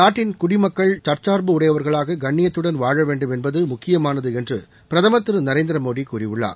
நாட்டின் குடிமக்கள் தற்சார்பு உடையவர்களாக கண்ணியத்துடன் வாழ வேண்டும் என்பது முக்கியமானது என்று பிரதமர் திரு நரேந்திர மோடி கூறியுள்ளார்